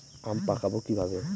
আম পাকাবো কিভাবে?